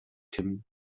kim